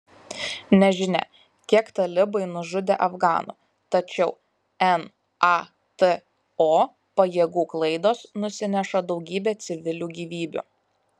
nežinia kiek talibai nužudė afganų tačiau nato pajėgų klaidos nusineša daugybę civilių gyvybių